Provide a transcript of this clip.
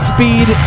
Speed